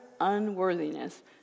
unworthiness